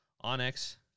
Onyx